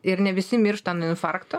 ir ne visi miršta nuo infarkto